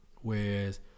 whereas